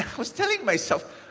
was telling myself,